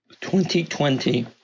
2020